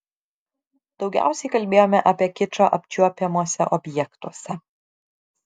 daugiausiai kalbėjome apie kičą apčiuopiamuose objektuose